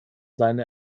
seine